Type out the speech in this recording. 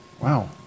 Wow